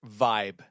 vibe